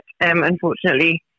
unfortunately